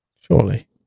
Surely